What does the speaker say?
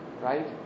right